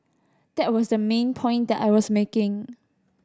that was the main point that I was making